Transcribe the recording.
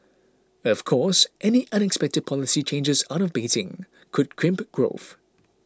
of course any unexpected policy changes out of Beijing could crimp growth